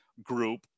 group